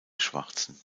schwarzen